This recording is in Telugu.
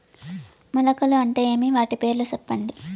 మొలకలు అంటే ఏమి? వాటి పేర్లు సెప్పండి?